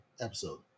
episode